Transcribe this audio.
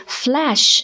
flash